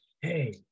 hey